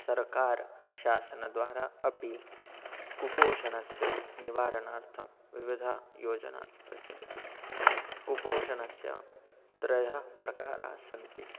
सर्वकारः शासनद्वारा अपि कुपोषणस्य निवारणार्थं विविधाः योजनाः प्रचलन्ति कुपोषणस्य त्रयः प्रकाराः सन्ति